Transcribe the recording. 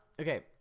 okay